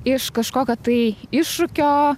iš kažkokio tai iššūkio